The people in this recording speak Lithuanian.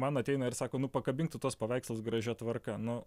man ateina ir sako nu pakabink tu tuos paveikslus gražia tvarka nu